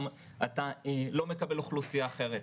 אתה לא מקבל אוכלוסייה אחרת.